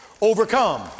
overcome